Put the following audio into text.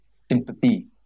sympathy